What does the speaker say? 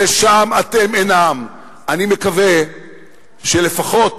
אני מקווה שלפחות